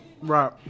Right